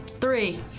Three